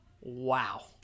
Wow